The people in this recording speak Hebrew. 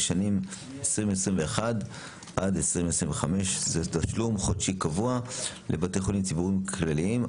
לשנים 2021 עד 2025. זהו תשלום חודשי קבוע לבתי חולים ציבוריים כלליים,